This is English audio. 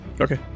Okay